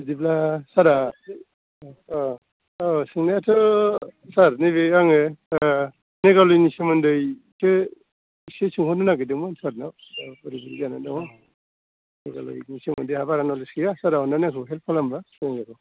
बिदिब्ला सारआ औ औ सोंनायाथ' सार नैबे आङो मेघालयनि सोमोन्दैसो एसे सोंहरनो नागिरदोंमोन सारनाव दा बोरै बोरै जानानै दङ मेघालयनि सोमोन्दै आंहा बारा नलेज गैया सारआ अन्नानै आंखौ हेल्भ खालामबा मोजां जागौ